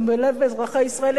גם בלב אזרחי ישראל,